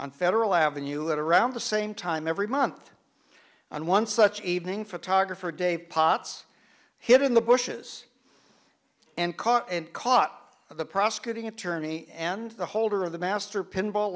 on federal avenue at around the same time every month and one such evening photographer de potts hid in the bushes and caught and caught the prosecuting attorney and the holder of the master pinball